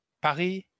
Paris